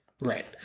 Right